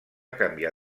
canviar